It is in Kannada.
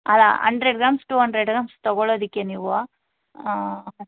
ಅಲ್ಲ hundred grams to hundred grams ತೊಗೊಳದಿಕ್ಕೆ ನೀವು